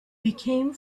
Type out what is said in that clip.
became